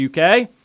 UK